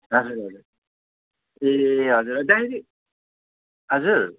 हजुर हजुर ए हजुर डाइरेक्ट हजुर